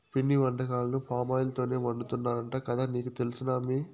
పిండి వంటకాలను పామాయిల్ తోనే వండుతున్నారంట కదా నీకు తెలుసునా అమ్మీ